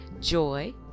Joy